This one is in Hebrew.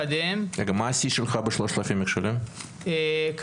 המתקנים הבסיסיים שיש במזרח אירופה,